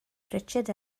richard